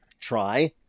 Try